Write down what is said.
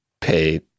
pay